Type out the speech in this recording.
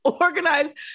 organized